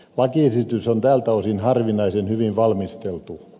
lakiesitys on tältä osin harvinaisen hyvin valmisteltu